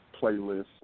playlists